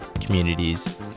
communities